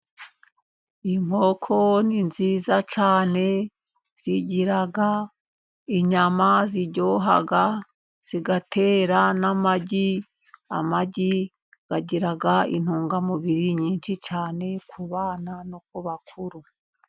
Inkoko ni nziza cyane, zigiraga inyama ziryoha, zigatera n'amagi, amagi agira intungamubiri nyinshi cyane, ku bana no ku bakuru.